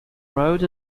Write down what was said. road